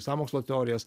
sąmokslo teorijas